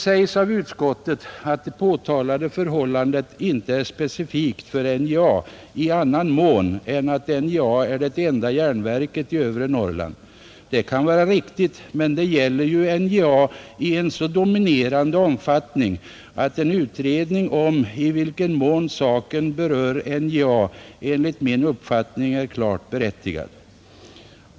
Utskottet säger att det påtalade förhållandet inte är specifikt för NJA i annan mån än att NJA är det enda järnverket i övre Norrland, Det kan vara riktigt, men det gäller ju NJA i en så dominerande omfattning att en utredning om i vilken mån saken berör NJA enligt min uppfattning är klart berättigad.